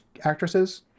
actresses